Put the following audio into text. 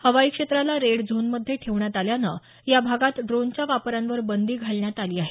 हवाई क्षेत्राला रेड झोनमध्ये ठेवण्यात आल्यानं या भागात ड़ोनच्या वापरांवर बंदी घालण्यात आली आहे